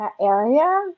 area